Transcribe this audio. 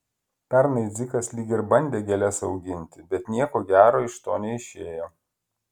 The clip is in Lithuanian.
pernai dzikas lyg ir bandė gėles auginti bet nieko gero iš to neišėjo